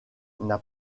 n’a